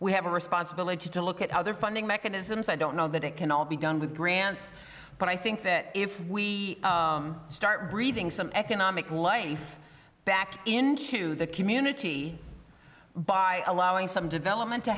we have a responsibility to look at how their funding mechanisms i don't know that it can all be done with grants but i think that if we start reading some economic life back into the community by allowing some development to